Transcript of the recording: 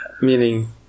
Meaning